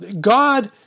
God